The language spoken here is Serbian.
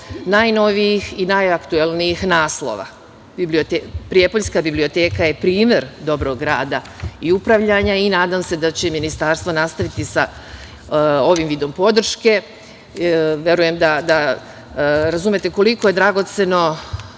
najnovijih i najaktuelnijih naslova. Prijepoljska biblioteka je primer dobrog rada i upravljanja i nadam se da će Ministarstvo nastaviti sa ovim vidom podrške. Verujem da razumete koliko je dragoceno